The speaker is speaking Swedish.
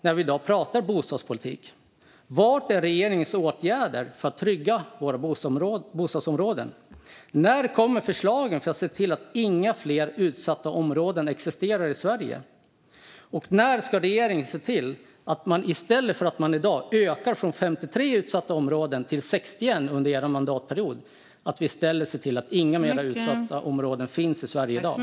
När vi i dag pratar bostadspolitik skulle jag vilja veta: Var är regeringens åtgärder för att trygga våra bostadsområden? När kommer förslagen för att se till att inga fler utsatta områden existerar i Sverige? Och när ska regeringen se till att det inte finns några utsatta områden i Sverige? Under er mandatperiod har de ökat från 53 till 61.